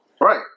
Right